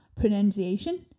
pronunciation